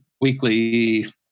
weekly